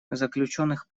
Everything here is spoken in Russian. заключенных